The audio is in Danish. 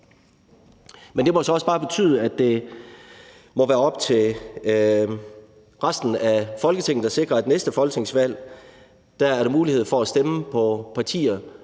Men det må så også bare betyde, at det må være op til resten af Folketinget at sikre, at ved næste folketingsvalg er der mulighed for at stemme på partier,